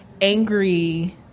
angry